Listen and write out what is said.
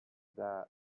that